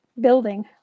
building